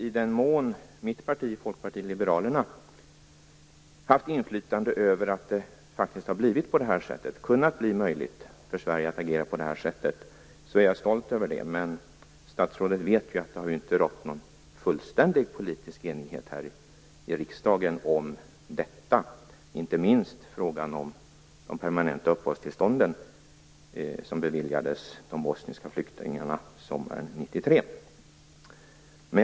I den mån mitt parti, Folkpartiet liberalerna, har haft inflytande över att det faktiskt har kunnat bli möjligt för Sverige att agera på det här sättet är jag stolt över det. Som statsrådet vet har det ju inte rått någon fullständig politisk enighet här i riksdagen om detta, inte minst när det gäller frågan om de permanenta uppehållstillstånd som beviljades de bosniska flyktingarna sommaren 1993.